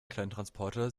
kleintransporter